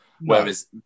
Whereas